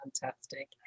Fantastic